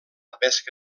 pesca